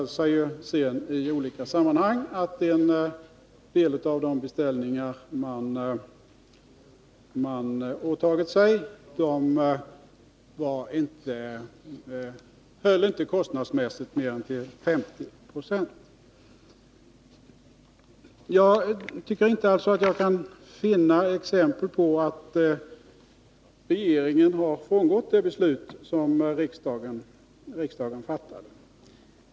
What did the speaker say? En del av de beställningar som varvet hade åtagit sig höll inte kostnadsmässigt till mer än 50 96. Jag tycker alltså inte att jag kan finna exempel på att regeringen har frångått det beslut som riksdagen fattade.